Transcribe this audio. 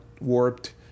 warped